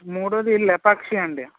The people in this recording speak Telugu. మూడోది లేపాక్షి అండి